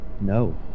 no